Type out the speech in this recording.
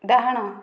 ଡାହାଣ